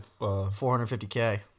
450K